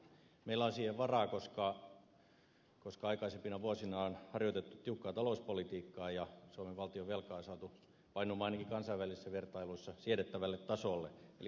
meillä on siihen varaa koska aikaisempina vuosina on harjoitettu tiukkaa talouspolitiikkaa ja suomen valtionvelka on saatu painumaan ainakin kansainvälisissä vertailuissa siedettävälle tasolle eli kansantalous kestää